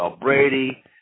Brady